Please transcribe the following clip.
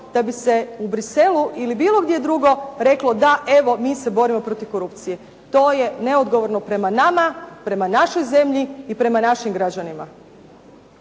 da bi se u Bruxellesu ili bilo gdje drugo reklo da, evo mi se borimo protiv korupcije. To je neodgovorno prema nama, prema našoj zemlji i prema našim građanima.